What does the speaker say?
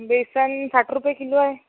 बेसन साठ रुपये किलो आहे